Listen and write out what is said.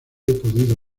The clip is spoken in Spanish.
podido